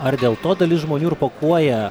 ar dėl to dalis žmonių ir pakuoja